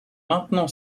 maintenant